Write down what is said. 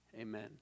Amen